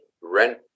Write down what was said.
rent